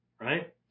Right